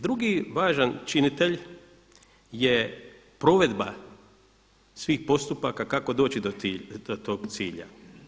Drugi važan činitelj je provedba svih postupaka kako doći do tog cilja.